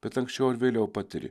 bet anksčiau ar vėliau patiri